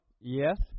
yes